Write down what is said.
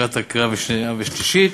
לקראת קריאה שנייה ושלישית.